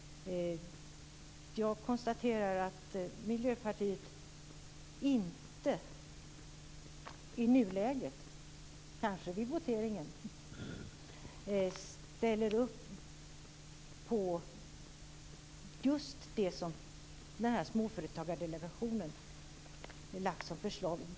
Jag konstaterar att Miljöpartiet inte i nuläget, men kanske vid voteringen, ställer upp på just det som Småföretagsdelegationen har föreslagit.